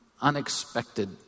unexpected